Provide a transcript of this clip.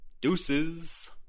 deuces